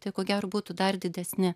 tai ko gero būtų dar didesni